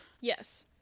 Yes